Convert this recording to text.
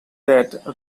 that